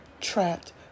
trapped